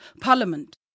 Parliament